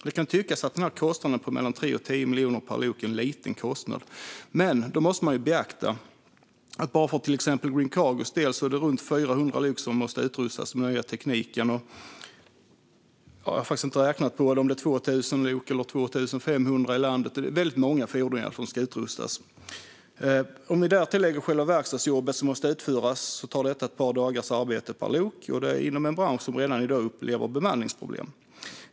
Det kan tyckas att en kostnad på mellan 3 och 10 miljoner per lok är en liten kostnad, men då måste man beakta att för bara till exempel Green Cargos del är det runt 400 lok som måste utrustas med den nya tekniken. Jag har inte räknat på det och vet inte om det finns 2 000 eller 2 500 lok i landet, men det är många som ska utrustas. Om vi därtill lägger själva verkstadsjobbet som måste utföras blir det ett par dagars arbete per lok, detta inom en bransch som redan i dag upplever bemanningsproblem.